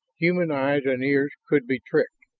human eyes and ears could be tricked,